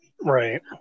right